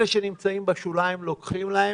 אלה שנמצאים בשוליים לוקחים מהם.